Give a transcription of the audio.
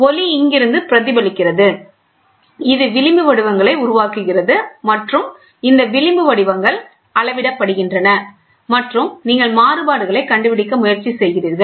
ஒளி இங்கிருந்து பிரதிபலிக்கிறது இது விளிம்பு வடிவங்களை உருவாக்குகிறது மற்றும் இந்த விளிம்பு வடிவங்கள் அளவிடப்படுகின்றன மற்றும் நீங்கள் மாறுபாடுகளைக் கண்டுபிடிக்க முயற்சி செய்கிறீர்கள்